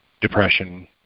depression